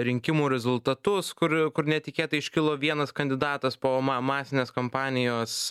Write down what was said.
rinkimų rezultatus kur kur netikėtai iškilo vienas kandidatas po ma masinės kampanijos